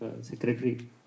secretary